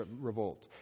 revolt